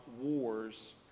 wars